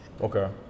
Okay